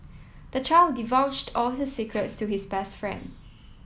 the child divulged all his secrets to his best friend